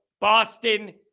Boston